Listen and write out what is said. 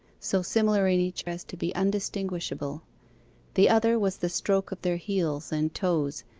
so similar in each as to be undistinguishable the other was the stroke of their heels and toes,